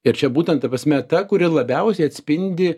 ir čia būtent ta prasme ta kuri labiausiai atspindi